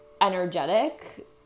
energetic